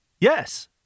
yes